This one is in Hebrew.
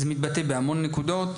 זה מתבטא בהמון נקודות,